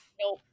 Nope